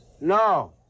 No